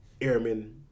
airmen